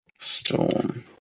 Storm